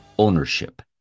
Ownership